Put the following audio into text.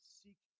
seek